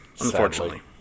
unfortunately